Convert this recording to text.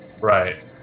Right